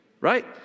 Right